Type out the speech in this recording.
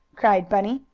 cried bunny.